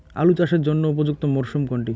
আলু চাষের জন্য উপযুক্ত মরশুম কোনটি?